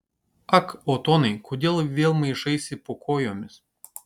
ak otonai kodėl vėl maišaisi po kojomis